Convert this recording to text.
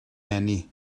eni